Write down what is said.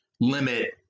limit